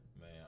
Man